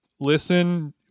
listen